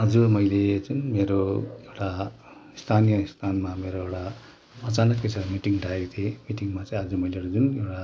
आज मैले जुन मेरो एउटा स्थानीय स्थानमा मेरो एउटा अचानक एउटा मिटिङ डाकेको थिएँ मिटिङमा चाहिँ आज मैले जुन एउटा